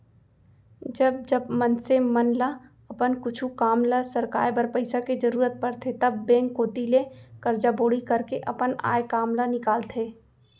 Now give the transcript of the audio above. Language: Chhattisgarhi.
जब जब मनसे मन ल अपन कुछु काम ल सरकाय बर पइसा के जरुरत परथे तब बेंक कोती ले करजा बोड़ी करके अपन आय काम ल निकालथे